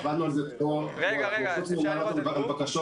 עבדנו על זה פה --- וחוץ ממענה לבקשות,